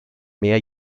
mehr